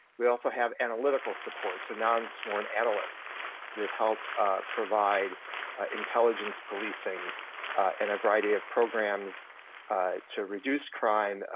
we also have analytical support so non sworn analysts that help provide intelligence policing and a variety of programs to reduce crime,